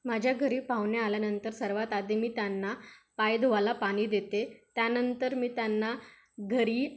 माझ्या घरी पाहुणे आल्यानंतर सर्वात आधी मी त्यांना पाय धुवायला पाणी देते त्यानंतर मी त्यांना घरी